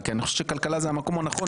כי אני חושב שכלכלה זה המקום הנכון,